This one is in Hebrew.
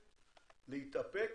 להתאפק,